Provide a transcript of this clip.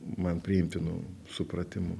man priimtinu supratimu